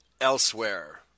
elsewhere